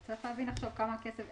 צריך להבין עכשיו כמה כסף.